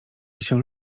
się